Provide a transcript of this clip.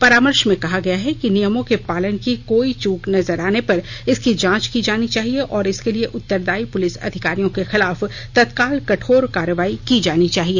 परामर्श में कहा गया है कि नियमों के पालन में कोई चूक नजर आने पर इसकी जांच की जानी चाहिए और इसके लिए उत्तरदायी पुलिस अधिकारियों के खिलाफ तत्काल कठोर कार्रवाई की जानी चाहिए